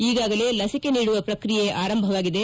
ಈಗಾಗಲೇ ಲಸಿಕೆ ನೀಡುವ ಪ್ರಕ್ರಿಯೆ ಆರಂಭವಾಗಿದೆ